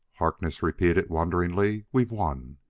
harkness repeated wonderingly we've won!